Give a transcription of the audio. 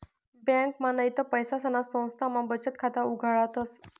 ब्यांकमा नैते पैसासना संस्थामा बचत खाता उघाडतस